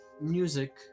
music